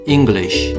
English